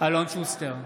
אלון שוסטר,